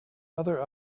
other